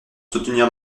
soutenir